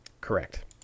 correct